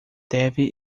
deve